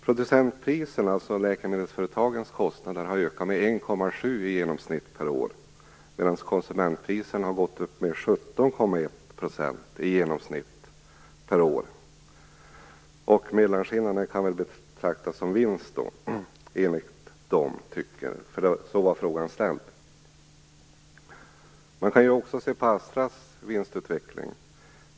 Producentpriserna, dvs. läkemedelsföretagens kostnader, har ökat med 1,7 % i genomsnitt per år, medan konsumentpriserna har gått upp med 17,1 % i genomsnitt per år. Mellanskillnaden kan väl betraktas som vinst. Så var frågan ställd. Man kan också titta på Astras vinstutveckling.